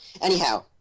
anyhow